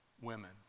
women